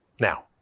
Now